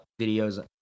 videos